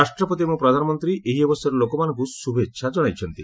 ରାଷ୍ଟ୍ରପତି ଏବଂ ପ୍ରଧାନମନ୍ତ୍ରୀ ଏହି ଅବସରରେ ଲୋକମାନଙ୍କୁ ଶୁଭେଚ୍ଛା ଜଣାଇଛନ୍ତି